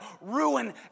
ruin